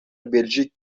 بلژیک